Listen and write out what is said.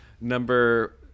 Number